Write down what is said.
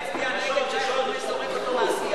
התשע"א 2011, נתקבלה.